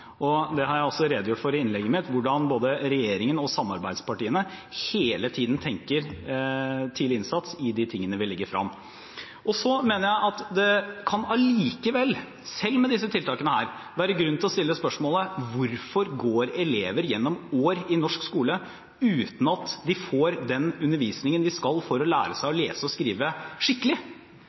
har også redegjort for i innlegget mitt hvordan både regjeringen og samarbeidspartiene hele tiden tenker tidlig innsats i det vi legger frem. Jeg mener at det allikevel – selv med disse tiltakene – kan være grunn til å stille spørsmålet: Hvorfor går elever igjennom år i norsk skole uten at de får den undervisningen de skal ha for å lære seg å lese og skrive skikkelig?